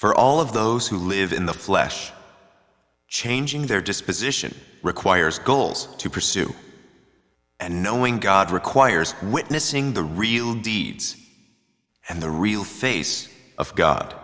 for all of those who live in the flesh changing their disposition requires goals to pursue and knowing god requires witnessing the real deeds and the real face of god